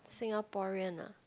Singaporean ah